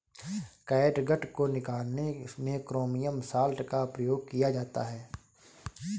catgut को निकालने में क्रोमियम सॉल्ट का प्रयोग किया जाता है